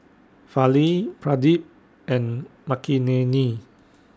Fali Pradip and Makineni